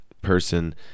Person